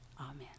Amen